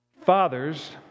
Fathers